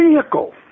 vehicle